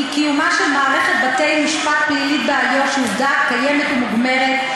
כי קיומה של מערכת בתי-משפט פלילית באיו"ש היא עובדה קיימת ומוגמרת,